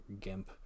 GIMP